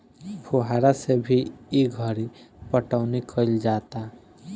फुहारा से भी ई घरी पटौनी कईल जाता